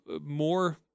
more